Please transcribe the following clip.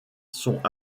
sont